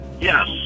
Yes